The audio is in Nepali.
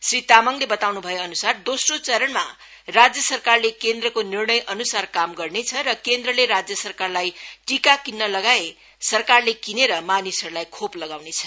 श्री तामाङले बताउनु भएअनुसार दोस्रो चरणमा राज्य सरकारले केन्द्रको निर्णयअनुसार काम गर्नछ र केन्द्रले राज्य सरकारालई टीका किन्न लगाए सरकारले किनेर मानिसहरूलाई खोप लगाउनेछ